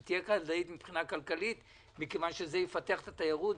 היא תהיה כדאית מבחינה כלכלית מכיוון שזה יפתח את התיירות,